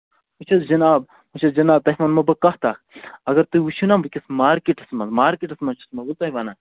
وٕچھ حظ جِناب وٕچھ حظ جِناب تۄہہِ وَنو بہٕ کَتھ اَکھ اَگر تُہۍ وٕچھِو نہ وٕنۍکٮ۪س مارکیٹَس منٛز مارکیٹَس منٛز چھِسو بہٕ تۄہہِ وَنان